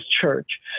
church